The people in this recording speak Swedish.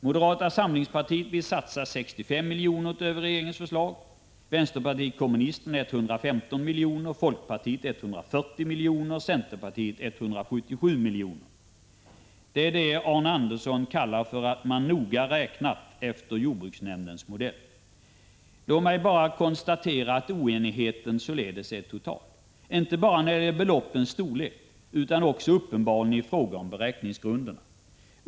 Moderata samlingspartiet vill satsa 65 milj.kr. utöver regeringens förslag, vänsterpartiet kommunisterna 115 milj.kr., folkpartiet 140 milj.kr. och centerpartiet 177 milj.kr. — Det kallar Arne Andersson i Ljung att noga räkna efter jordbruksnämndens modell. Låt mig bara konstatera att oenigheten således är total, inte bara när det gäller beloppens storlek utan uppenbarligen också i fråga om beräkningsgrunderna.